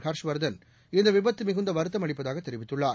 ஹர்ஷ்வர்தன் இந்த விபத்து மிகுந்த வருத்தம் அளிப்பதாக தெரிவித்துள்ளார்